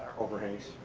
overhungs.